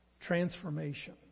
transformation